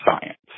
science